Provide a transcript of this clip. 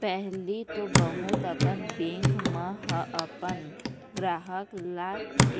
पहिली तो बहुत अकन बेंक मन ह अपन गराहक ल